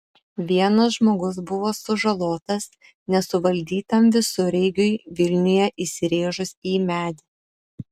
vienas žmogus buvo sužalotas nesuvaldytam visureigiui vilniuje įsirėžus į medį